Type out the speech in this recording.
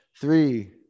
Three